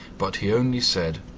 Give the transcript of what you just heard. but he only said,